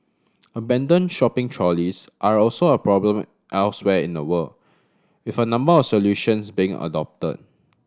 abandoned shopping trolleys are also a problem elsewhere in the world with a number of solutions being adopted